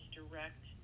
direct